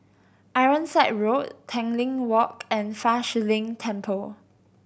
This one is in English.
Ironside Road Tanglin Walk and Fa Shi Lin Temple